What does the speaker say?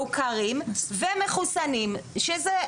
מעוקרים ומחוסנים שזה,